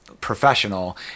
professional